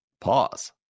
Pause